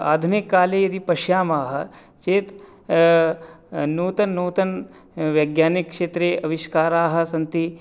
आधुनिककाले यदि पश्यामः चेत् नूतन नूतन वैज्ञानिकक्षेत्रे आविष्काराः सन्ति